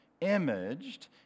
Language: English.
imaged